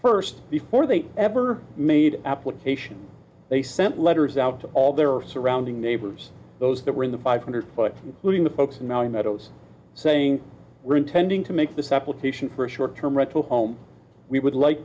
first before they ever made application they sent letters out to all their or surrounding neighbors those that were in the five hundred foot building the folks milling meadows saying we're intending to make this application for a short term rental home we would like